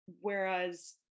Whereas